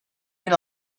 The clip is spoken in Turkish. bin